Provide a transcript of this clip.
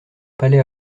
palais